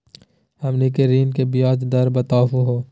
हमनी के ऋण के ब्याज दर बताहु हो?